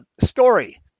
story